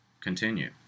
continue